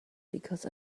because